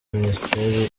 minisiteri